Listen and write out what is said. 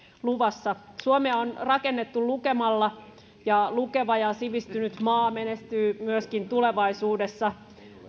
luvassa suomea on rakennettu lukemalla ja lukeva ja sivistynyt maa menestyy myöskin tulevaisuudessa